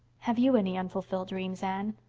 have you any unfulfilled dreams, anne?